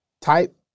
Type